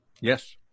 Yes